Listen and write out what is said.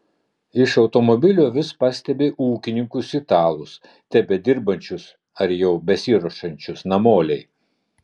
iš automobilio vis pastebi ūkininkus italus tebedirbančius ar jau besiruošiančius namolei